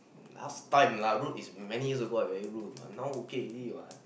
last time lah rude is many years ago I very rude but now okay already what